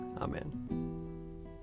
Amen